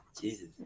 Jesus